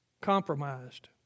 compromised